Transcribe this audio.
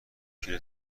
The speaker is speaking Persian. کیلو